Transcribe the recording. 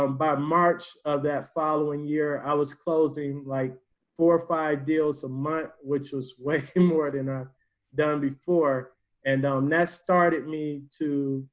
um by march of that following year i was closing like four or five deals a month, which was way more than i've ah done before and net started me too.